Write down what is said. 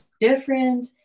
different